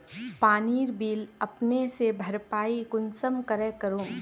पानीर बिल अपने से भरपाई कुंसम करे करूम?